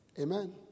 Amen